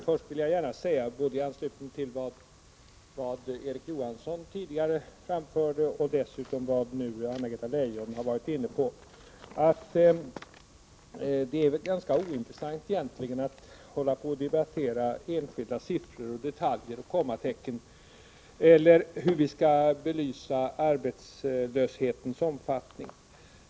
Fru talman! Först vill jag i anslutning till det som Erik Johansson tidigare framförde och som dessutom nu Anna-Greta Leijon har varit inne på säga, att det väl egentligen är ganska ointressant att debattera om enskilda siffror, detaljer och kommatecken, eller att diskutera hur vi skall belysa arbetslöshetens omfattning.